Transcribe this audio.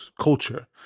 culture